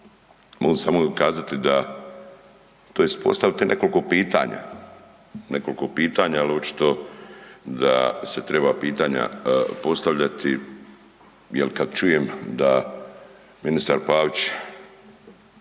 mogu samo kazati da, tj. postaviti nekoliko pitanja jel očito da se treba pitanja postavljati jel kad čujem da ministar Pavić